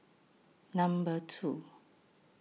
Number two